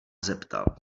zeptal